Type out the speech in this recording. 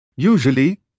Usually